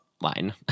line